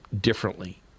differently